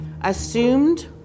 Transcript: assumed